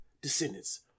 descendants